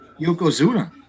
Yokozuna